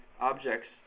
objects